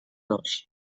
dos